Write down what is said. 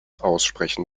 aussprechen